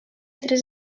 tres